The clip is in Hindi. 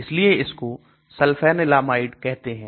इसलिए इसको Sulfanilamide कहते हैं